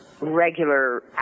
Regular